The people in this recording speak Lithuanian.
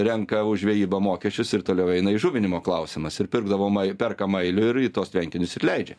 renka už žvejybą mokesčius ir toliau eina įžuvinimo klausimas ir pirkdavom perka mailių ir tuos tvenkinius ir leidžia